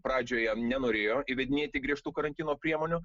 pradžioje nenorėjo įvedinėti griežtų karantino priemonių